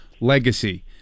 legacy